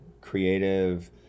creative